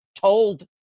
told